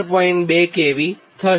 2 kV થશે